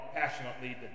passionately